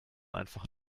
einfach